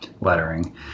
lettering